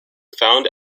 found